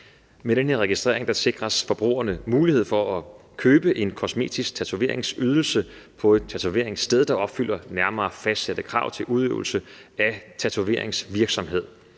Med den her registrering sikres forbrugerne mulighed for at købe en kosmetisk tatoveringsydelse på et tatoveringssted, der opfylder nærmere fastsatte krav til udøvelse af tatoveringsvirksomhed.